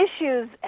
issues